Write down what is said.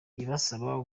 ibasaba